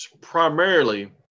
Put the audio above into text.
primarily